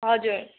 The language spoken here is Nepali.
हजुर